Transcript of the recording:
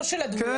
לא של הדמוי.